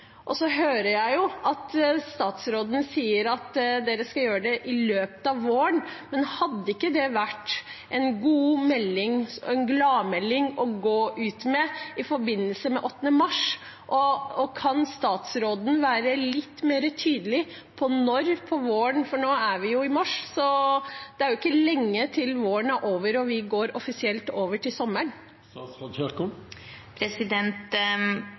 Jeg hører at statsråden sier at de skal gjøre det i løpet av våren, men hadde ikke dette vært en gladmelding å gå ut med i forbindelse med 8. mars? Kan statsråden være litt mer tydelig på når i vår? For nå er vi jo i mars, og det er ikke lenge til våren er over og vi går offisielt over til